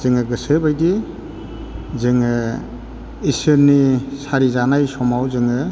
जोङो गोसोबायदि जोङो इसोरनि सारि जानाय समाव जोङो